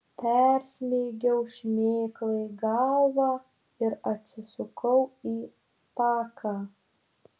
persmeigiau šmėklai galvą ir atsisukau į paką